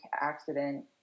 accident